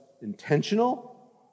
intentional